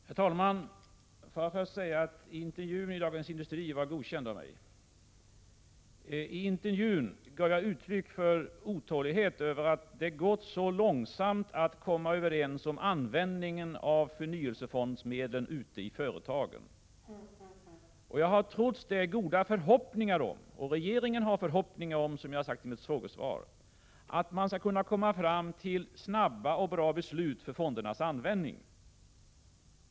Herr talman! Låt mig börja med att säga att intervjun i Dagens Industri var godkänd av mig. Där gav jag uttryck för otålighet över att det har gått mycket långsamt att komma överens ute i företagen om användningen av förnyelsefondmedlen. Jag och regeringen i övrigt har trots det, som jag har sagt i mitt frågesvar, goda förhoppningar om att man snabbt skall kunna komma fram till bra beslut avseende fondernas användning.